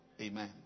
Amen